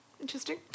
Interesting